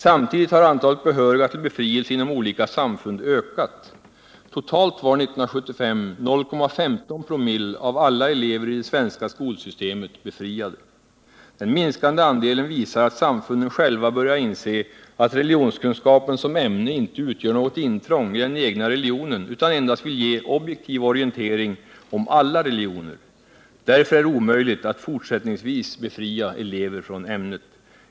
Samtidigt har antalet behöriga till befrielse inom olika samfund ökat. Totalt var 1975 0,15 promille av alla elever i det svenska skolsystemet befriade! Den minskande andelen visar att samfunden själva börjar inse att religionskunskapen som ämne inte utgör något intrång i den egna religionen utan endast vill ge objektiv orientering om alla religioner. Därför är det omöjligt att fortsättningsvis befria elever från ämnet.